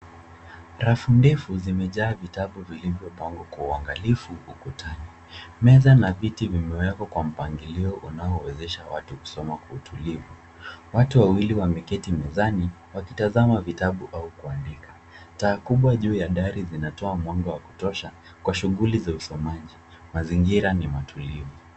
Rafu ndefu zimejaa vitabu vilivyo pangwa kwa uangalifu ukutani. Meza na viti vimewekwa kwa mpangilio unaowezesha watu kusoma kwa utilivu. Watu wawili wameketi mezani wakitazama vitabu au kuandika. Taa kubwa juu ya gari zinatoa mwanga wa kutosha kwa shughuli za usomaji mazingira ni matulivu.